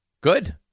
Good